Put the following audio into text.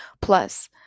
plus